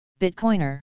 Bitcoiner